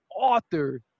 author